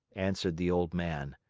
answered the old man,